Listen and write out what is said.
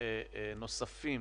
נוספים